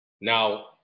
Now